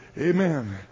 amen